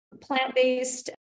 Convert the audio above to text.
Plant-based